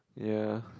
ya